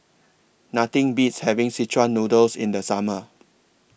Nothing Beats having Szechuan Noodle in The Summer